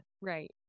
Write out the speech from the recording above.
Right